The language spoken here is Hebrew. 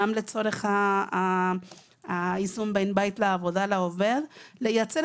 גם לצורך האיזון בין בית לעבודה לעובד, ולייצר